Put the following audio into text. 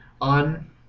on